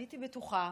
הייתי בטוחה